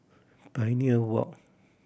Pioneer Walk